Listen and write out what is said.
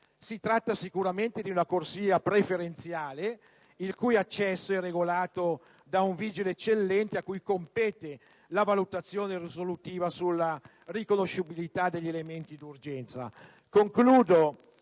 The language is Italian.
Si tratta sicuramente di una corsia preferenziale, il cui accesso è regolato da un vigile eccellente cui compete la valutazione risolutiva sulla riconoscibilità degli elementi d'urgenza. Concludo